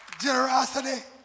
generosity